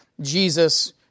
Jesus